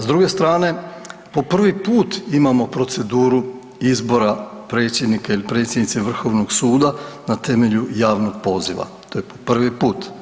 S druge strane po prvi put imamo proceduru izbora predsjednika ili predsjednice vrhovnog suda na temelju javnog poziva, to je po prvi put.